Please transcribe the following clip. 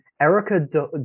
Erica